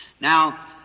Now